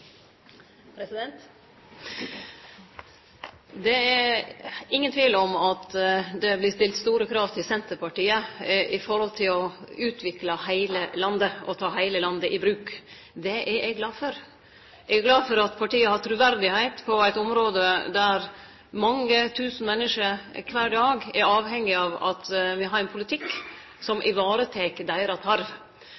Det er ingen tvil om at det vert stilt store krav til Senterpartiet når det gjeld å utvikle heile landet og ta heile landet i bruk. Det er eg glad for. Eg er glad for at partiet har truverde på eit område der mange tusen menneske kvar dag er avhengige av at me har ein politikk som